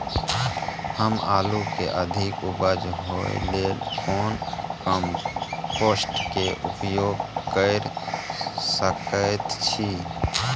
हम आलू के अधिक उपज होय लेल कोन कम्पोस्ट के उपयोग कैर सकेत छी?